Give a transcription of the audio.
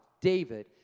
David